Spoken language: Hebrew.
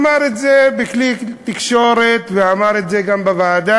אמר את זה בכלי תקשורת ואמר את זה גם בוועדה,